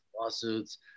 lawsuits